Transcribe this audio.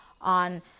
on